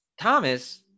Thomas